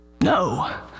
No